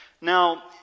Now